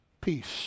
peace